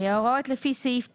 ההוראות לפי סעיף 9ג(ב),